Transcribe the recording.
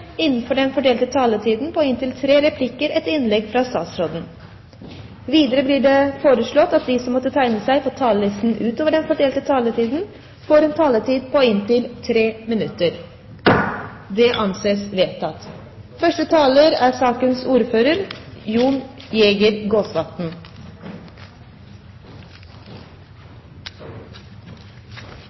innenfor den fordelte taletid. Videre blir det foreslått at de som måtte tegne seg på talerlisten utover den fordelte taletid, får en taletid på inntil 3 minutter. – Det anses vedtatt.